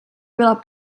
byla